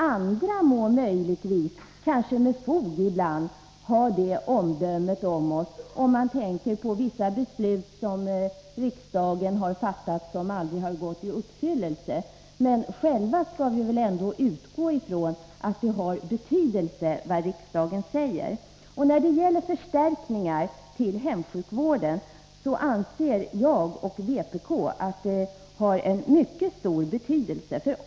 Andra må möjligtvis — kanske med fog ibland — ha den åsikten om oss. Jag tänker då på vissa beslut som riksdagen har fattat som aldrig har blivit verklighet. Men själva skall vi väl ändå utgå från att det har betydelse vad riksdagen säger. När det gäller förstärkningar till hemsjukvården anser jag och vpk att ett riksdagsuttalande har en mycket stor betydelse.